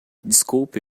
desculpe